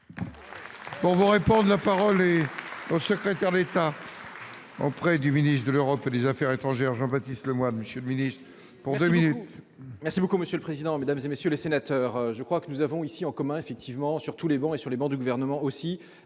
Bon vous répondent : la parole est au secrétaire d'État. Près du ministre de l'Europe et des Affaires étrangères, Jean-Baptiste Lemoine monsieur pour 2 minutes. Merci beaucoup monsieur le président, Mesdames et messieurs les sénateurs, je crois que nous avons ici en commun effectivement sur tous les bancs et sur les bancs du gouvernement aussi,